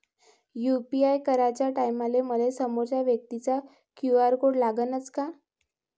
UPI कराच्या टायमाले मले समोरच्या व्यक्तीचा क्यू.आर कोड लागनच का?